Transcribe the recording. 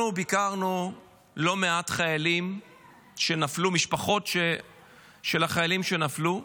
אנחנו ביקרנו לא מעט משפחות של חיילים שנפלו.